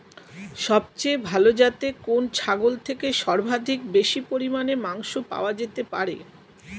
সবচেয়ে ভালো যাতে কোন ছাগল থেকে সর্বাধিক বেশি পরিমাণে মাংস পাওয়া যেতে পারে?